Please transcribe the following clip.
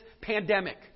pandemic